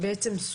למעשה,